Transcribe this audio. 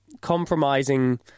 compromising